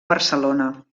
barcelona